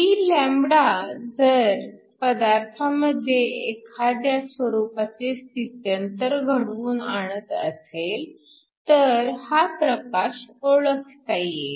ही λ जर पदार्थामध्ये एखाद्या स्वरूपाचे स्थित्यंतर घडवून आणत असेल तर हा प्रकाश ओळखता येईल